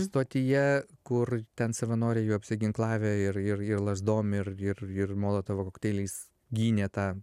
stotyje kur ten savanoriai jau apsiginklavę ir ir ir lazdom ir ir ir molotovo kokteiliais gynė tą